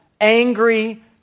angry